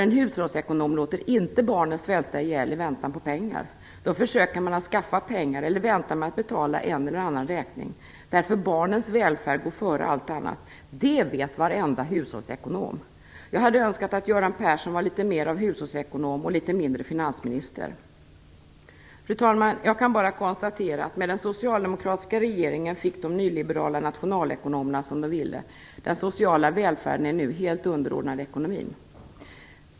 En hushållsekonom låter inte barnen svälta ihjäl i väntan på pengar utan försöker att skaffa pengar eller väntar med att betala en eller annan räkning, eftersom barnens välfärd går före allt annat. Det vet varenda hushållsekonom. Jag hade önskat att Göran Persson varit litet mer av hushållsekonom och litet mindre finansminister. Fru talman! Jag kan bara konstatera att med den socialdemokratiska regeringen fick de nyliberala nationalekonomerna som de ville - den sociala välfärden är nu helt underordnad ekonomin.